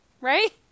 right